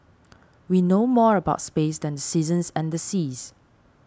we know more about space than the seasons and the seas